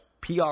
PR